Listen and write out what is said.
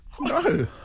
No